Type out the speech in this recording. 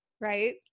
right